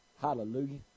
Hallelujah